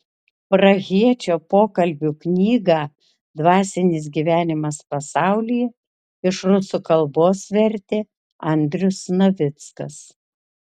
prahiečio pokalbių knygą dvasinis gyvenimas pasaulyje iš rusų kalbos vertė andrius navickas